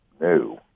new